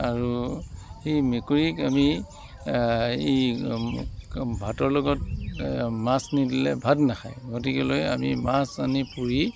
আৰু সেই মেকুৰীক আমি এই ভাতৰ লগত মাছ নিদিলে ভাত নাখায় গতিকেলৈ আমি মাছ আনি পুৰি